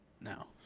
no